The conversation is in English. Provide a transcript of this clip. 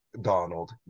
Donald